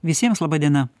visiems laba diena